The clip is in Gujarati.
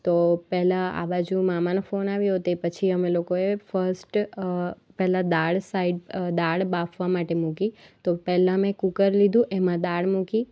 તો પહેલાં આ બાજુ મામાનો ફોન આવ્યો તે પછી અમે લોકોએ ફર્સ્ટ પહેલાં દાળ સાઇડ દાળ બાફવા માટે મૂકી તો પહેલાં મેં કૂકર લીધું એમાં દાળ મૂકી